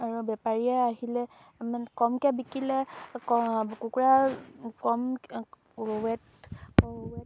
আৰু বেপাৰীয়ে আহিলে মানে কমকৈ বিকিলে কুকুৰা কম ৱেট ৱেট কম হ'লে কমকৈ